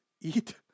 eat